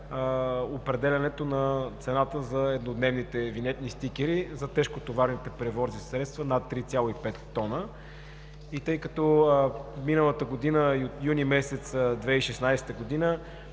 определянето на цената на еднодневните винетни стикери за тежкотоварните превозни средства над 3,5 тона. Тъй като от юни месец 2016 г.